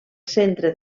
centre